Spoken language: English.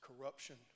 corruption